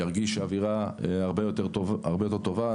הוא ירגיש אווירה הרבה יותר טובה.